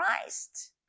Christ